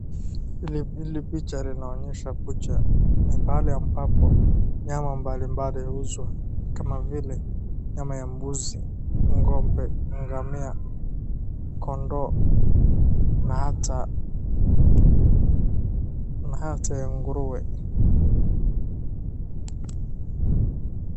Hli picha linaonyesha bucha. Ni pahali ambapo, nyama mbalimbali huuzwa kama vile nyama ya mbuzi, ng'ombe, ngamia, kondoo na hata, na hata ya nguruwe.